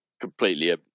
completely